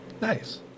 Nice